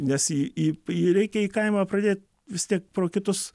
nes į į į reikia į kaimą pradėt vis tiek pro kitus